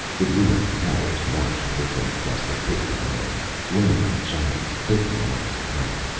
the ruined towers marched with him across the bitter land, lonely giants fifty miles apart.